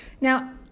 Now